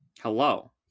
Hello